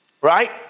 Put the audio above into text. Right